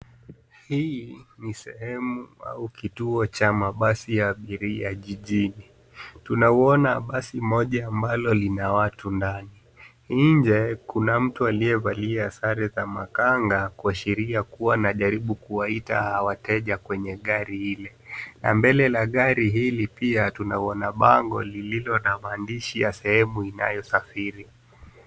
Hii ni sehemu au kituo cha mabasi ya abiria jijini. Tunaona basi moja lenye watu ndani. Nje, kuna mtu aliyevalia sare za makanga kuwashiria kuwa anajaribu kuwaita hawa wateja kwenye gari ile na mbele na gari hili pia tunaona bango lililonamaandishi ya sehemu linalosafiri.